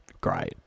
great